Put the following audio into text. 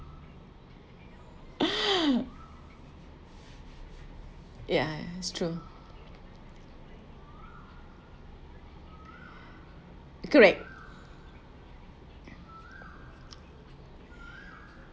ya it's true correct